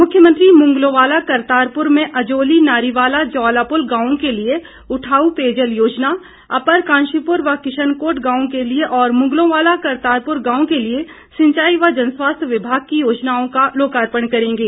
मुख्यमंत्री मुगलोंवाला करतारपूर में अजोली नारीवाला ज्वालापुल गांवों के लिए उठाउ पेयजल योजना अपर कांशीपुर व किषनकोट गांव के लिए और मुगलोवाला करतारपुर गांव के लिए सिंचाई एवं जनस्वास्थ्य विभाग की योजनाओं का लोकापर्ण करेंगे